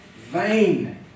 vain